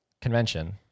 convention-